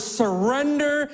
surrender